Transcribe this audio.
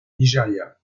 nigeria